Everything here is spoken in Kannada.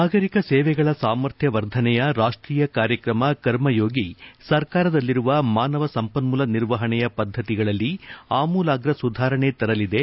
ನಾಗರಿಕ ಸೇವೆಗಳ ಸಾಮರ್ಥ್ಯವರ್ಧನೆಯ ರಾಷ್ಟೀಯ ಕಾರ್ಯಕ್ರಮ ಕರ್ಮಯೋಗಿ ಸರ್ಕಾರದಲ್ಲಿರುವ ಮಾನವ ಸಂಪನ್ಮೂಲ ನಿರ್ವಹಣೆಯ ಪದ್ದತಿಗಳಲ್ಲಿ ಆಮೂಲಾಗ ಸುಧಾರಣೆ ತರಲಿದೆ